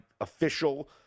official